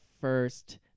first